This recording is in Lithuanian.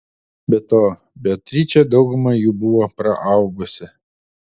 be to beatričė daugumą jų buvo praaugusi